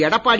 Edappadi